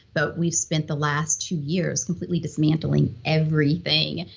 but we've spent the last two years completely dismantling everything,